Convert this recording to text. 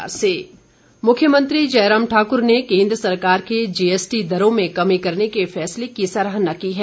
मुख्यमंत्री स्वागत मुख्यमंत्री जयराम ठाकुर ने केन्द्र सरकार के जीएसटी दरों में कमी करने के फैसले की सराहना की है